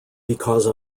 because